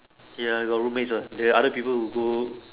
ya I got room mates uh the other people who do